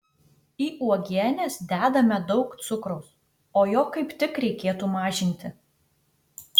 į uogienes dedame daug cukraus o jo kaip tik reikėtų mažinti